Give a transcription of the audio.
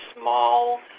small